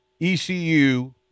ECU